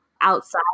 outside